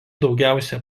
daugiausia